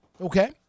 Okay